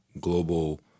global